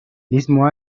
mismo